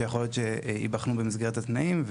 שיכול להיות שייבחנו במסגרת התנאים.